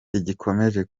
rigikomeje